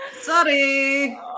Sorry